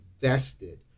invested